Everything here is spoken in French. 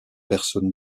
personnes